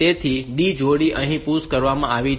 તેથી D જોડી અહીં PUSH કરવામાં આવી છે